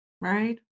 Right